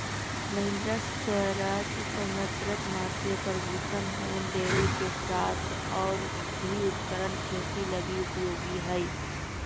Mahindra, Swaraj, Farmtrac, Massey Ferguson John Deere के साथ और भी उपकरण खेती लगी उपयोगी हइ